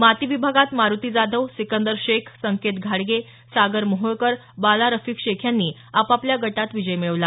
माती विभागात मारुती जाधव सिकंदर शेख संकेत घाडगे सागर मोहोळकर बाला रफिक शेख यांनी आपापल्या गटात विजय मिळवला